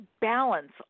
balance